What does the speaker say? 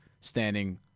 standing